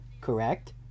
correct